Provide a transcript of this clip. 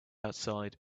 outside